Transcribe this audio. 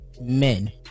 men